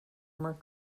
more